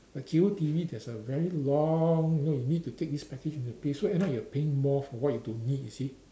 like cable T_V there's a very long you know you need to take this package and need to pay so end up you're paying more for what you don't need you see